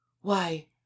Why